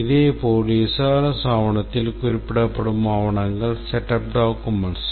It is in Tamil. இதேபோல் SRS ஆவணத்தில் குறிப்பிடப்படும் ஆவணங்கள் setup documents